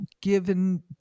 given